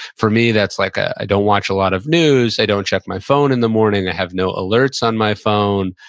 for me, that's like, i don't watch a lot of news, i don't check my phone in the morning. i have no alerts on my phone.